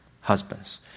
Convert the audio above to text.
husbands